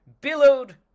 billowed